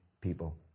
people